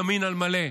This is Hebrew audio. ימין על מלא.